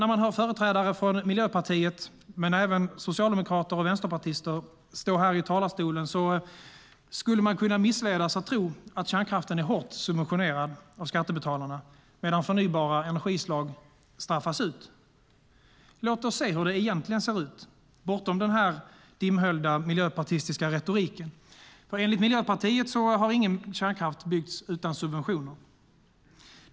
När man hör företrädare från Miljöpartiet - och även socialdemokrater och vänsterpartister - i talarstolen skulle man kunna missledas att tro att kärnkraften är hårt subventionerad av skattebetalarna medan förnybara energislag straffas ut. Låt oss se hur det egentligen ser ut bortom den dimhöljda miljöpartistiska retoriken! Enligt Miljöpartiet har ingen kärnkraft byggts utan subventioner.